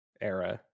era